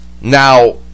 Now